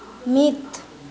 ᱢᱤᱫ